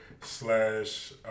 slash